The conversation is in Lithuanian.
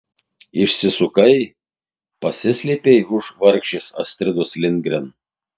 išsisukai pasislėpei už vargšės astridos lindgren